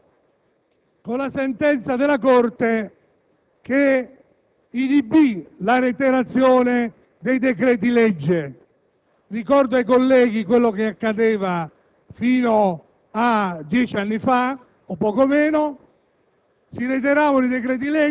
e fa il paio con la sentenza della Corte che inibì la reiterazione dei decreti-legge. Ricordo ai colleghi quello che accadeva fino a dieci anni fa o poco meno;